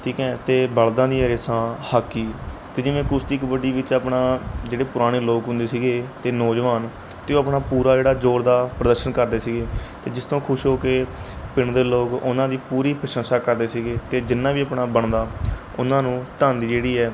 ਠੀਕ ਹੈ ਅਤੇ ਬਲਦਾਂ ਦੀਆਂ ਰੇਸਾਂ ਹਾਕੀ ਅਤੇ ਜਿਵੇਂ ਕੁਸ਼ਤੀ ਕਬੱਡੀ ਵਿੱਚ ਆਪਣਾ ਜਿਹੜੇ ਪੁਰਾਣੇ ਲੋਕ ਹੁੰਦੇ ਸੀਗੇ ਅਤੇ ਨੌਜਵਾਨ ਅਤੇ ਉਹ ਆਪਣਾ ਪੂਰਾ ਜਿਹੜਾ ਜ਼ੋਰ ਦਾ ਪ੍ਰਦਰਸ਼ਨ ਕਰਦੇ ਸੀਗੇ ਅਤੇ ਜਿਸ ਤੋਂ ਖੁਸ਼ ਹੋ ਕੇ ਪਿੰਡ ਦੇ ਲੋਕ ਉਹਨਾਂ ਦੀ ਪੂਰੀ ਪ੍ਰਸ਼ੰਸਾ ਕਰਦੇ ਸੀਗੇ ਅਤੇ ਜਿੰਨਾਂ ਵੀ ਆਪਣਾ ਬਣਦਾ ਉਹਨਾਂ ਨੂੰ ਧਨ ਦੀ ਜਿਹੜੀ ਹੈ